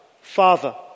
Father